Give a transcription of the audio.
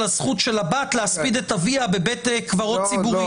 הזכות של הבת להספיד את אביה בבית קברות ציבורי.